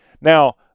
Now